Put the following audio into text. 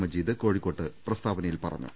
മജീദ് കോഴിക്കോട്ട് പ്രസ്താവനയിൽ പറഞ്ഞു